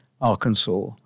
Arkansas